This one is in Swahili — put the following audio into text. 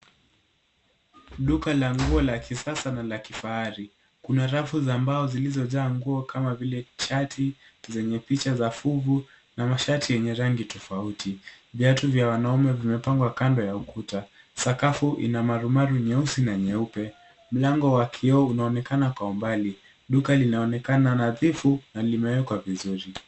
Duka la nguo la kisasa na la kifahari .Kuna rafu za mbao zilizojaa nguo kama vile shati zenye picha za fuvu na mashati yenye rangi tofauti. Viatu vya wanaume vimepangwa kando ya ukuta. Sakafu ina marumaru nyeusi na nyeupe .Mlango wa kioo unaonekana kwa umbali. Duka linaonekana nadhifu na limewekwa vizuri.